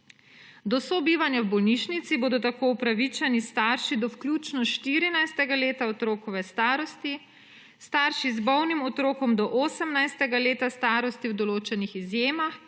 Do sobivanja v bolnišnici bodo tako upravičeni starši do vključno 14. leta otrokove starosti, starši z bolnim otrokom do 18. leta starosti v določenih izjemah